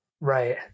right